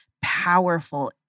powerful